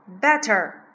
better